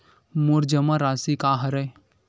मोर जमा राशि का हरय?